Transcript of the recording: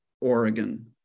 Oregon